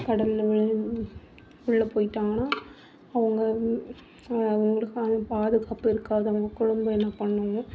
கடலில் உள்ளே உள்ளே போயிட்டாங்கன்னா அவங்க அவங்களுக்கு அங்கே பாதுகாப்பு இருக்காது அவங்க குடும்பம் என்ன பண்ணும்